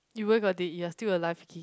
you where got dead you are still alive okay